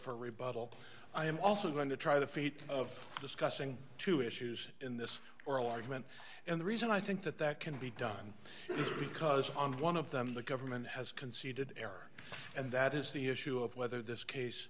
rebuttal i am also going to try the feat of discussing two issues in this oral argument and the reason i think that that can be done because on one of them the government has conceded error and that is the issue of whether this case